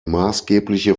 maßgebliche